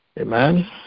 Amen